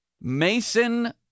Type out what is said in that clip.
Mason